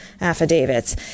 affidavits